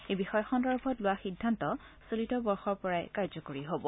এই বিষয় সন্দৰ্ভত লোৱা সিদ্ধান্ত চলিত বৰ্ষৰ পৰাই কাৰ্য্যকৰী হব